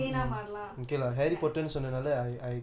ஒரு:oru plane ah மாறலாம்: maaralaam ya